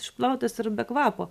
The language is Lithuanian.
išplautas ir be kvapo